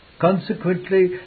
Consequently